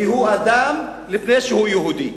כי הוא אדם לפני שהוא יהודי.